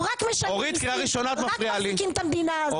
הם מחזיקים את המדינה הזאת.